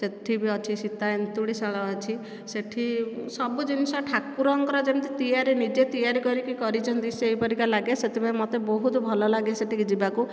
ସେଇଠି ଭି ଅଛି ସୀତା ଏନ୍ତୁଡ଼ି ଶାଳ ଅଛି ସେଇଠି ସବୁ ଜିନଷ ଠାକୁରଙ୍କର ଯେମିତି ତିଆରି ନିଜେ ତିଆରି କରିକି କରିଛନ୍ତି ସେହିପରିକା ଲାଗେ ସେଥିପାଇଁ ମୋତେ ବହୁତ ଭଲ ଲାଗେ ସେଠିକି ଯିବାକୁ